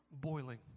boiling